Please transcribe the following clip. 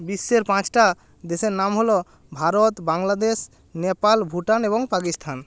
বিশ্বের পাঁচটা দেশের নাম হলো ভারত বাংলাদেশ নেপাল ভুটান এবং পাকিস্তান